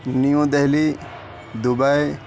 new Delhi Dubai